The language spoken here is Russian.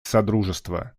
содружества